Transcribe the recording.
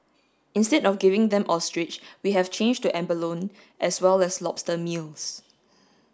instead of giving them ostrich we have changed to abalone as well as lobster meals